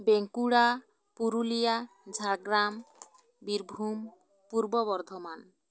Bankura Purulia Jhargram Birbhum Purba Bardhaman